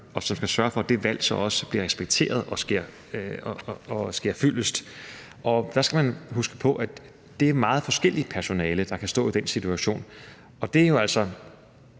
og sørge for, at det valg så også bliver respekteret, og at ønsket sker fyldest. Der skal man huske på, at det er meget forskelligt personale, der kan stå i den situation. Det er jo altså